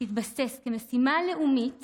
יתבסס כמשימה לאומית